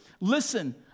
listen